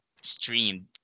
streamed